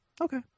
Okay